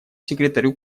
секретарю